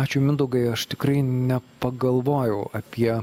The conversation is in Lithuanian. ačiū mindaugai aš tikrai nepagalvojau apie